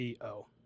CO